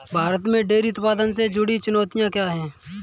भारत में डेयरी उत्पादन से जुड़ी चुनौतियां क्या हैं?